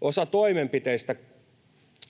Osa toimenpiteistä,